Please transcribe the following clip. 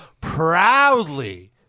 proudly